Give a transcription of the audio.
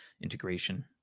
integration